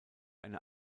eine